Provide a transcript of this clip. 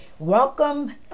Welcome